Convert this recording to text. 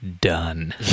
Done